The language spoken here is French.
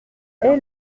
est